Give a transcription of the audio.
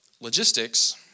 logistics